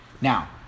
Now